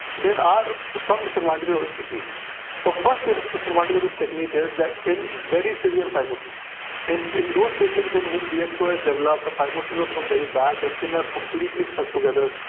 there are some disadvantages of this technique to foster discussion demanded of this technique is that in very severe phimosis in indorse patients in whom we express their love, the phimosis ah become very baadasssss goodness completely stuck together.